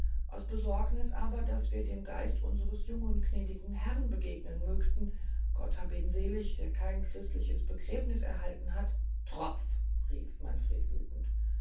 aus besorgniß aber daß wir dem geist unsers jungen gnädigen herrn begegnen mögten gott hab ihn selig der kein christlich begräbniß erhalten hat tropf rief manfred wütend